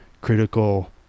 critical